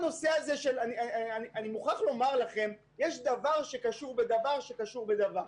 יש דבר שקשור בדבר שקשור בדבר,